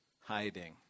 hiding